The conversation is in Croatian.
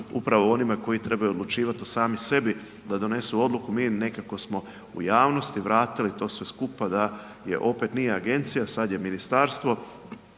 upravo onima koji trebaju odlučivati o sami sebi, da donesu odluku, mi nekako smo u javnosti vratili to sve skupa da je opet, nije agencija, sad je ministarstvo,